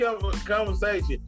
conversation